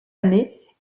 année